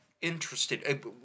Interested